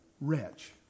wretch